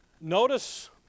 Notice